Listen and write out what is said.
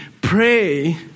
pray